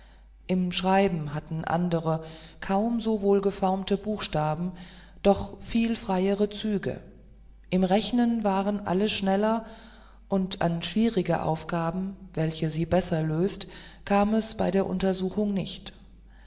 im schreiben hatten andere kaum so wohlgeformte buchstaben doch viel freiere züge im rechnen waren alle schneller und an schwierige aufgaben welche sie besser löst kam es bei der untersuchung nicht